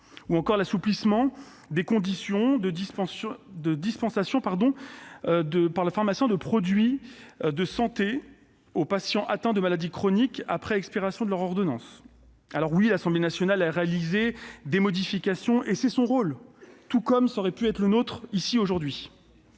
ou encore l'assouplissement des conditions de dispensation, par le pharmacien, de produits de santé aux patients atteints de maladies chroniques après expiration de l'ordonnance. Oui, l'Assemblée nationale a apporté des modifications, et c'est son rôle. Mais cela aurait pu aussi être le nôtre aujourd'hui.